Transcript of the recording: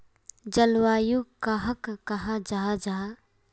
जलवायु कहाक कहाँ जाहा जाहा?